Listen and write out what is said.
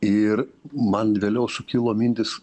ir man vėliau sukilo mintys